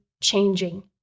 changing